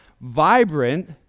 vibrant